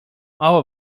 all